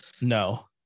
No